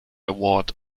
award